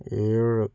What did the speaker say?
ഏഴ്